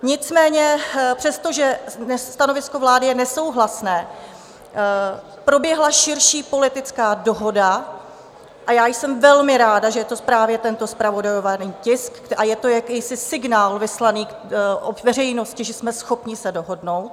Nicméně přestože stanovisko vlády je nesouhlasné, proběhla širší politická dohoda a já jsem velmi ráda, že je to právě tento zpravodajovaný tisk, je to jakýsi signál vyslaný k veřejnosti, že jsme schopni se dohodnout.